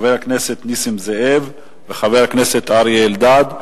חבר הכנסת נסים זאב וחבר הכנסת אריה אלדד,